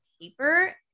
paper